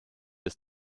des